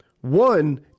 One